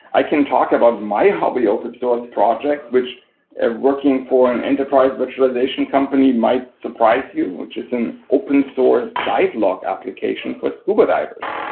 i can talk about my hobby open source project, which and working for an enterprise virtualization company might surprise you, which is in open source dive log application for scuba divers.